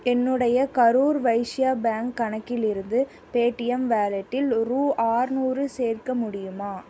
என்னுடைய கரூர் வைஸ்யா பேங்க் கணக்கிலிருந்து பேடிஎம் வாலெட்டில் ரூபா ஆறுநூறு சேர்க்க முடியுமா